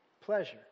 Pleasure